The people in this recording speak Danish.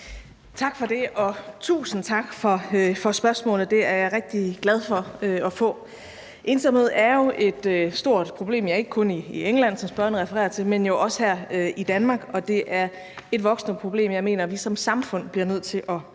Tak for det, og tusind tak for spørgsmålene, som jeg er rigtig glad for at få. Ensomhed er jo et stort problem, ikke kun i England, som spørgeren refererer til, men jo også her i Danmark, og det er et voksende problem, som jeg mener vi som samfund bliver nødt til at